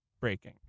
breaking